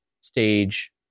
stage